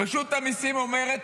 רשות המיסים אומרת,